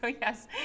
yes